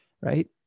right